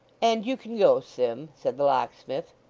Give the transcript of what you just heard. and you can go, sim said the locksmith.